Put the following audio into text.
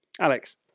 Alex